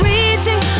Reaching